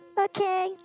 Okay